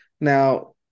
Now